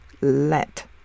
Let